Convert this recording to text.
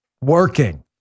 working